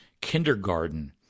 kindergarten